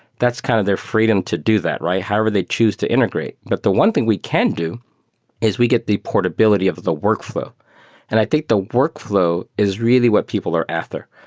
that's kind of their freedom to do that, right? however they choose to integrate. but the one thing we can do is we get the portability of the workflow, and i think the workflow is really what people are after.